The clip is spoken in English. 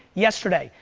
yesterday.